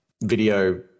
video